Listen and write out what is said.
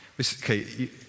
Okay